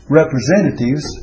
representatives